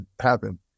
happen